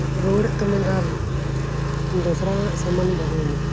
ᱨᱩᱣᱟᱹᱲ ᱮᱫ ᱛᱟᱢᱟᱧ ᱟᱨ ᱫᱚᱥᱟᱨᱟᱜᱼᱟ ᱥᱟᱢᱟᱱᱮᱢ ᱟᱹᱜᱩ ᱟᱹᱧᱟ